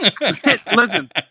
Listen